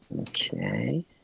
Okay